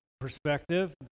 perspective